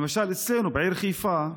למשל, אצלנו בעיר חיפה,